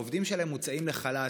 העובדים שלהם מוצאים לחל"ת,